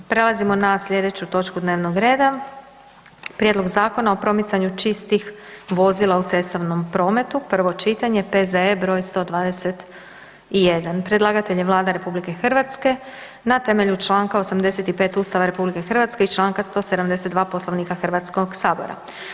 Prelazimo na sljedeću točku dnevnog reda: - Prijedlog Zakona o promicanju čistih vozila u cestovnom prijevozu, prvo čitanje, P.Z.E. br. 121; Predlagatelj je Vlada RH na temelju čl. 85 Ustava RH i čl. 172 Poslovnika Hrvatskoga sabora.